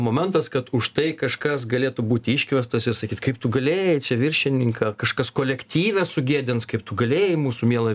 momentas kad už tai kažkas galėtų būti iškviestas ir sakyt kaip tu galėjai čia viršininką kažkas kolektyve sugėdins kaip tu galėjai mūsų mielą